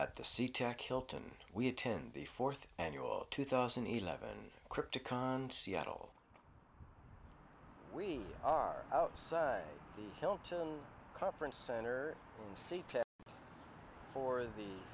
at the sea tac hilton we attend the fourth annual two thousand and eleven cryptic time seattle we are outside the hilton conference center in c t for the